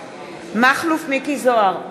מכלוף מיקי זוהר,